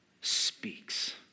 speaks